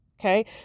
Okay